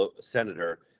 senator